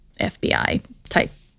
FBI-type